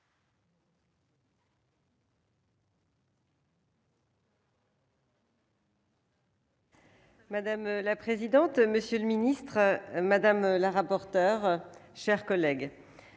Madame la présidente, monsieur le ministre madame la rapporteure, chers collègues,